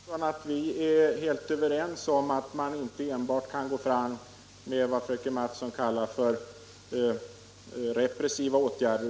Jag tror att vi är helt överens om att man inte enbart kan gå fram med vad fröken Mattson kallar för repressiva åtgärder.